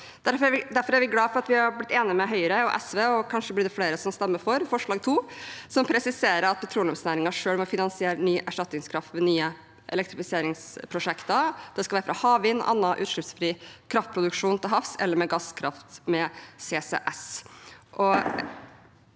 Vi er glade for at vi har blitt enig med Høyre og SV, og kanskje blir det flere som stemmer for forslag nr. 2, som presiserer at petroleumsnæringen selv må finansiere ny erstatningskraft ved nye elektrifiseringsprosjekter, fra havvind, annen utslippsfri kraftproduksjon til havs eller med gasskraft med CCS.